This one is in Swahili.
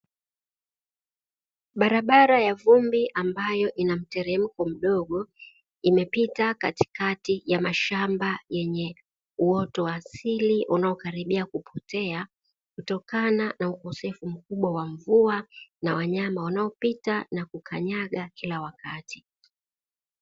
Barabara ya vumbi ambayo ina mteremko mdogo, imepita katikati ya mashamba yenye uoto wa asili unaokaribia kupotea, kutokana na ukosefu mkubwa wa mvua na wanyama wanaopita na kukanyaga kila wakati.